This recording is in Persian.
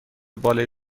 بالای